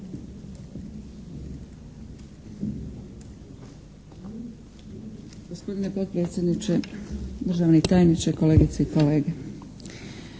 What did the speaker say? Gospodine podpredsjedniče, državni tajniče, kolegice i kolege.